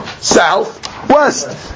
southwest